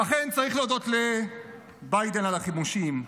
אכן צריך להודות לביידן על החימושים,